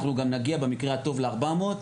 אנחנו גם נגיע במקרה הטוב ל-400,